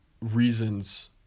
reasons